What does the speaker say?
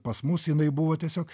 pas mus jinai buvo tiesiog